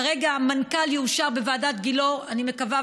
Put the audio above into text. כרגע המנכ"ל יאושר בוועדת גילאור, אני מקווה.